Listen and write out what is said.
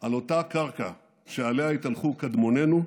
על אותה קרקע שעליה התהלכו קדמונינו,